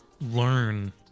learn